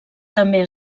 també